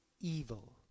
evil